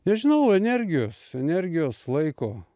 nežinau energijos energijos laiko